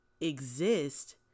exist